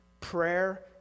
Prayer